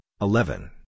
eleven